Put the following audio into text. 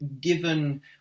given